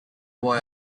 boy